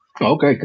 Okay